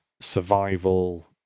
Survival